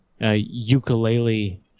ukulele